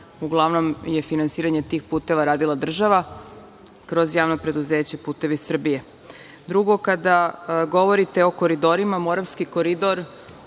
uglavnom je finansiranje tih puteva radila država kroz JP „Putevi Srbije“.Drugo, kada govorite o koridorima, moravski koridor